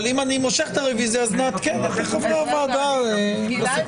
אבל אם אני מושך את הרביזיה אז נעדכן את חברי הוועדה בסיכומים.